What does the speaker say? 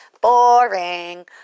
Boring